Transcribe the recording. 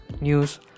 news